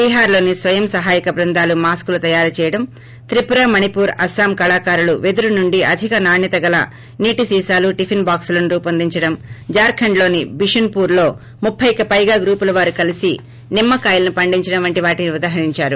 బీహార్ లోని స్వయం సహాయక బృందాలు మాస్కులు తయారు చేయడం త్రిపుర మణిపూర్ అస్పాం కళాకారులు పెదురు నుండి అధిక నాణ్యత గల నీటి సీసాలు టిఫిస్ బాక్సులను రూపొందించడం జార్ఖండ్లోని బిషున్పూర్లో ముప్పికి పైగా గూపుల వారు కలిసి నిమ్మకాయలను పండించడం వంటి వాటిని ఉదహరించారు